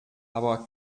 aber